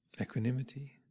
equanimity